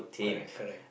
correct correct